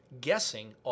guessing